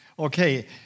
Okay